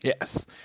Yes